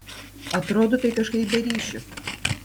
atrodo tai kažkaip be ryšio